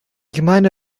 gemeinde